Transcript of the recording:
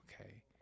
okay